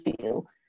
feel